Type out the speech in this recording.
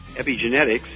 Epigenetics